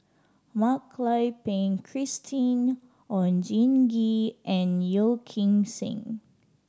Mak Lai Peng Christine Oon Jin Gee and Yeo Kim Seng